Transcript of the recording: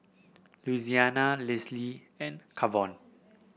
Louisiana Lesly and Kavon